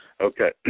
Okay